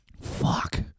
Fuck